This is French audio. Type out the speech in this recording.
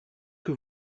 que